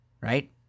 right